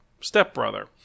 stepbrother